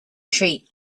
treat